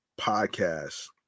podcast